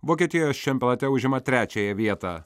vokietijos čempionate užima trečiąją vietą